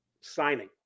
signing